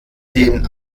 den